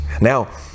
now